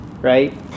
right